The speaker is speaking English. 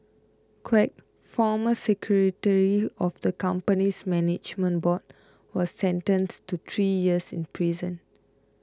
Quek former secretary of the company's management board was sentenced to three years in prison